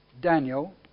Daniel